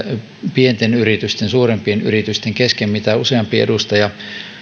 pienten yritysten ja suurempien yritysten kesken mitä useampi edustaja